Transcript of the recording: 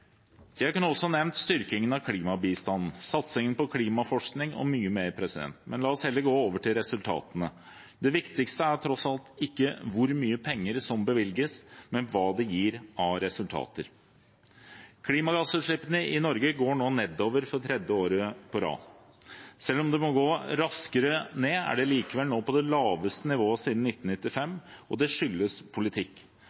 Jeg kunne også ha nevnt styrkingen av klimabistanden, satsingen på klimaforskning og mye mer, men la oss heller gå over til resultatene. Det viktigste er tross alt ikke hvor mye penger som bevilges, men hva de gir av resultater. Klimagassutslippene i Norge går nå nedover for tredje år på rad. Selv om de må gå raskere ned, er de likevel nå på det laveste nivået siden